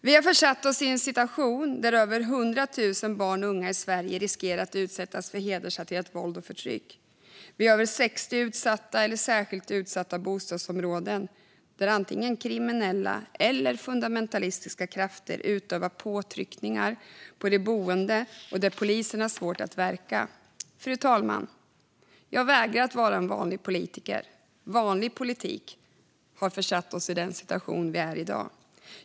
Vi har försatt oss i en situation där över 100 000 barn och unga i Sverige riskerar att utsättas för hedersrelaterat våld och förtryck. Vi har över 60 utsatta eller särskilt utsatta bostadsområden där antingen kriminella eller fundamentalistiska krafter utövar påtryckningar på de boende och där polisen har svårt att verka. Fru talman! Jag vägrar att vara en vanlig politiker. Vanlig politik har försatt oss i den situation vi är i i dag.